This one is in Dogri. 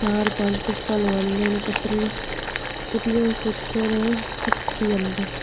चार पंज धुप्पां लोआनियां उनें पत्तरें ते फ्ही ओह् पत्तर सुक्की जंदे